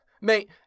Mate –